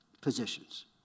positions